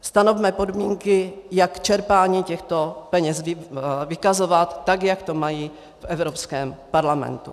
Stanovme podmínky, jak čerpání těchto peněz vykazovat, tak jak to mají v Evropském parlamentu.